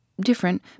different